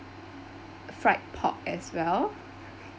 fried pork as well